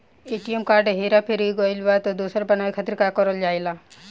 ATM card हेरा गइल पर दोसर बनवावे खातिर का करल जाला?